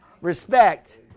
respect